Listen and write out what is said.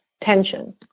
tension